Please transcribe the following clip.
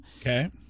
Okay